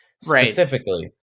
specifically